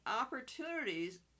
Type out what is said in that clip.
opportunities